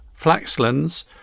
Flaxlands